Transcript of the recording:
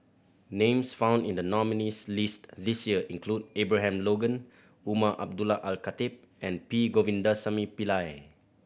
names found in the nominees' list this year include Abraham Logan Umar Abdullah Al Khatib and P Govindasamy Pillai